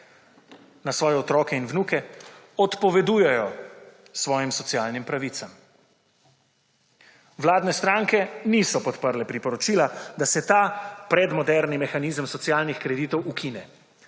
na svoje otroke in vnuke odpovedujejo svojim socialnim pravicam. Vladne stranke niso podprle priporočila, da se ta predmoderni mehanizem socialnih kreditov ukine.